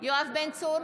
יואב בן צור,